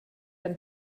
ein